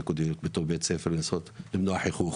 נקודתית בתוך בתי הספר על מנת לנסות למנוע חיכוך,